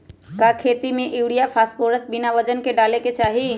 का खेती में यूरिया फास्फोरस बिना वजन के न डाले के चाहि?